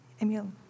Emil